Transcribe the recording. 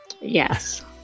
yes